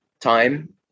time